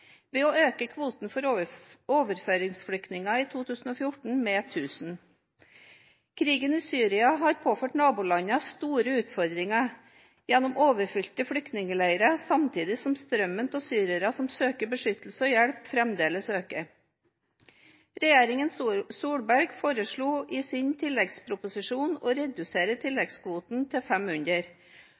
ved å øke kvoten for overføringsflyktninger i 2014 med 1 000. Krigen i Syria har påført nabolandene store utfordringer gjennom overfylte flyktningleirer, samtidig som strømmen av syrere som søker beskyttelse og hjelp, fremdeles øker. Regjeringen Solberg foreslo i sin tilleggsproposisjon å redusere tilleggskvoten til 500